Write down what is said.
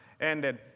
ended